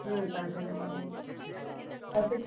पाँच हज़ार लगेगा ऐसे